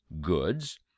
goods